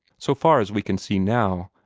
so far as we can see now,